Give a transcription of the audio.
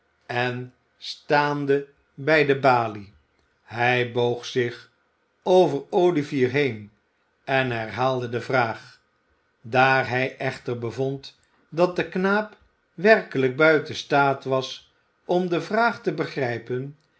en staande bij de balie hij boog zich over olivier heen en herhaalde de vraag daar hij echter bevond dat de knaap werkelijk buiten staat was om de vraag te begrijpen